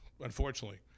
unfortunately